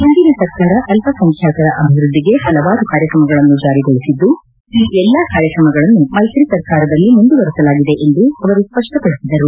ಹಿಂದಿನ ಸರ್ಕಾರ ಅಲ್ಪ ಸಂಖ್ಯಾತರ ಅಭಿವ್ಯದ್ದಿಗೆ ಹಲವಾರು ಕಾರ್ಯತ್ರಮಗಳನ್ನು ಜಾರಿಗೊಳಿಸಿದ್ದು ಈ ಎಲ್ಲಾ ಕಾರ್ಯಕ್ರಮಗಳನ್ನು ಮೈತ್ರಿ ಸರ್ಕಾರದಲ್ಲಿ ಮುಂದುವರೆಸಲಾಗಿದೆ ಎಂದು ಅವರು ಸ್ಪಷ್ಟಪಡಿಸಿದರು